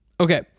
Okay